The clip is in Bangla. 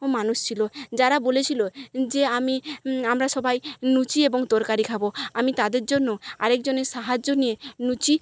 মানুষ ছিলো যারা বলেছিলো যে আমি আমরা সবাই লুচি এবং তরকারি খাবো আমি তাদের জন্যও আরেকজনের সাহায্য নিয়ে লুচি